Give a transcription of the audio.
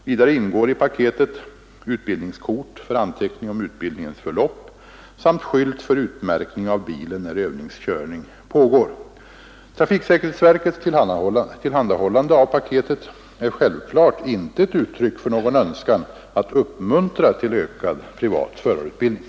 Vidare ingår i ”paketet” utbildningskort för anteckning om utbildningens förlopp samt skylt för utmärkning av bilen när övningskörning pågår. Trafiksäkerhetsverkets tillhandahållande av ”paketet” är självklart inte ett uttryck för någon önskan att uppmuntra till ökad privat förarutbildning.